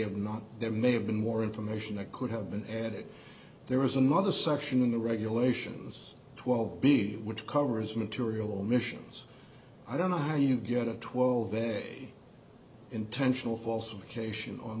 have not there may have been more information that could have been added there was another section in the regulations twelve b which covers material missions i don't know how you get a twelve day intentional falsification on